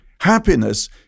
Happiness